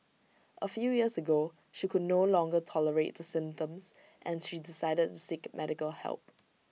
A few years ago she could no longer tolerate the symptoms and she decided to seek medical help